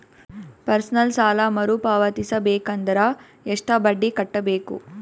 Personal ಸಾಲ ಮರು ಪಾವತಿಸಬೇಕಂದರ ಎಷ್ಟ ಬಡ್ಡಿ ಕಟ್ಟಬೇಕು?